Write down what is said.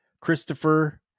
Christopher